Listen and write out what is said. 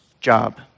job